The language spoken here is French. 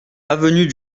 avenue